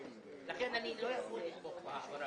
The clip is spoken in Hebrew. לכן אני לא יכול לתמוך בפנייה הזאת.